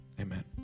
Amen